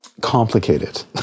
complicated